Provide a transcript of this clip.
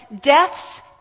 death's